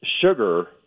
sugar